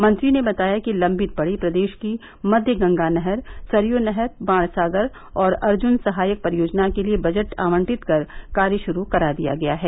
मंत्री ने बताया कि लम्बित पड़ी प्रदेश की मध्य गंगा नहर सरयू नहर बाणसागर और अर्जुन सहायक परियोजना के लिये बजट आवंटित कर कार्य शुरू करा दिया गया है